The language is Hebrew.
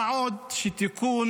מה עוד שתיקון,